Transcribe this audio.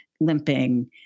limping